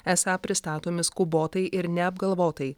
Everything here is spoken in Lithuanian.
esą pristatomi skubotai ir neapgalvotai